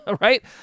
right